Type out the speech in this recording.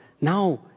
now